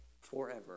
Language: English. forever